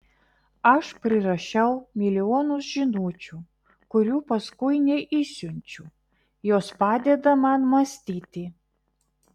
aš prirašau milijonus žinučių kurių paskui neišsiunčiu jos padeda man mąstyti